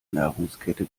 nahrungskette